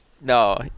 No